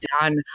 done